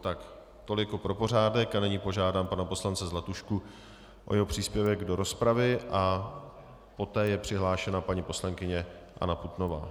Tak tolik pro pořádek a nyní požádám pana poslance Zlatušku o jeho příspěvek do rozpravy a poté je přihlášena paní poslankyně Anna Putnová.